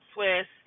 Swiss